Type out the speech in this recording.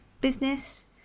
business